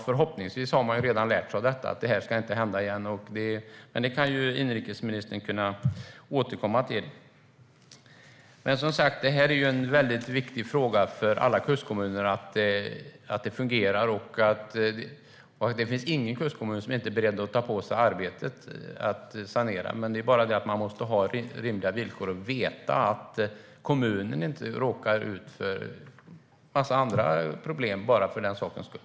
Förhoppningsvis har man lärt sig av detta så att det inte händer igen. Men det kan inrikesministern återkomma till. Det är viktigt för alla kustkommuner att detta fungerar. Det finns inte någon kustkommun som inte är beredd att ta på sig arbetet att sanera, men man måste ha rimliga villkor och veta att kommunen inte råkar ut för en massa andra problem bara för den sakens skull.